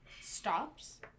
stops